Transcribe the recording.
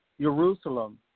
Jerusalem